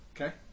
Okay